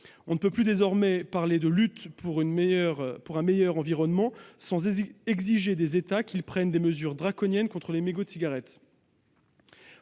On ne peut plus désormais parler de lutte pour un meilleur environnement sans exiger des États qu'ils prennent des mesures draconiennes contre les mégots de cigarettes